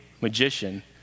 magician